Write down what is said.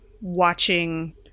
watching